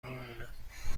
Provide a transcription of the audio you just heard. میمونم